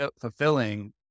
fulfilling